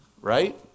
Right